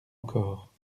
encore